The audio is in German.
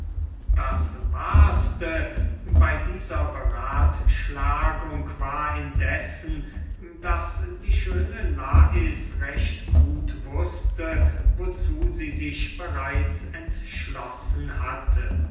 das wahrste bey dieser berathschlagung war indessen daß die schöne lais recht gut wußte wozu sie sich bereits entschlossen hatte